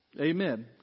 Amen